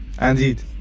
Indeed